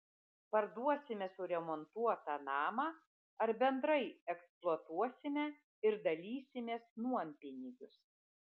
parduosime suremontuotą namą ar bendrai eksploatuosime ir dalysimės nuompinigius